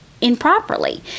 improperly